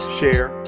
share